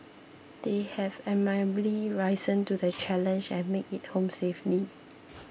they have admirably risen to the challenge and made it home safely